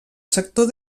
sector